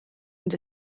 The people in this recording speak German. und